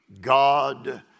God